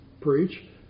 preach